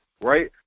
right